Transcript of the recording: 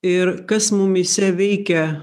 ir kas mumyse veikia